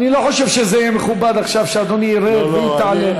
אני לא חושב שזה יהיה מכובד עכשיו שאדוני ירד והיא תעלה.